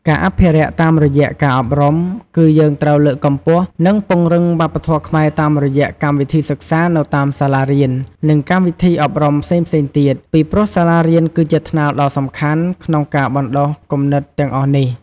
ការអភិរក្សតាមរយៈការអប់រំគឺ យើងត្រូវលើកកម្ពស់ និងពង្រឹងវប្បធម៌ខ្មែរតាមរយៈកម្មវិធីសិក្សានៅតាមសាលារៀន និងកម្មវិធីអប់រំផ្សេងៗទៀត ពីព្រោះសាលារៀនគឺជាថ្នាលដ៏សំខាន់ក្នុងការបណ្ដុះគំនិតទាំងអស់នេះ។